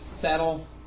settle